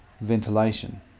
ventilation